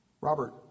Robert